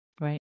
Right